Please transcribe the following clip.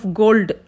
gold